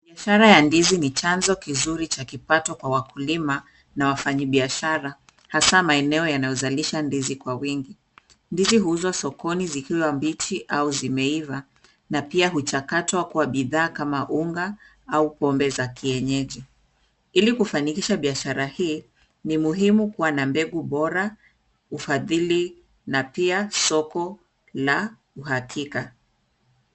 Biashara ya ndizi ni chanzo kizuri cha mapato kwa wakulima na wafanyibiashara hasa kwa maeneo yanayozalisha ndizi kwa wingi. Ndizi huuzwa sokoni zikiwa mbichi au zimeiva na pia huchakatwa kwa bidhaa kama unga au pombe za kienyeji. Ili kufanikisha biashara hizi, ni muhimu kuwa na mbegu bora, ufadhilii na pia soko na uhakika.